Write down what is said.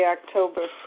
October